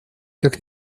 как